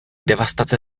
devastace